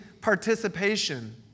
participation